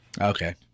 Okay